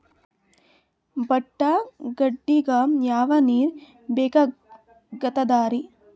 ಭತ್ತ ಗದ್ದಿಗ ಯಾವ ನೀರ್ ಬೇಕಾಗತದರೀ?